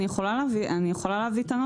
אני יכולה להביא את הנוסח,